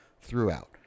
throughout